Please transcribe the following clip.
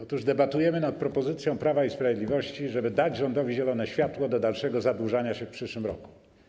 Otóż debatujemy nad propozycją Prawa i Sprawiedliwości, żeby dać rządowi zielone światło do dalszego zadłużania się w przyszłym roku.